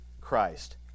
Christ